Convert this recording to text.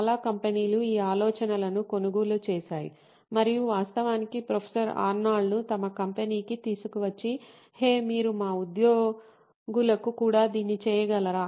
చాలా కంపెనీలు ఈ ఆలోచనను కొనుగోలు చేశాయి మరియు వాస్తవానికి ప్రొఫెసర్ ఆర్నాల్డ్ను తమ కంపెనీకి తీసుకువచ్చి హే మీరు మా ఉద్యోగులకు కూడా దీన్ని చేయగలరా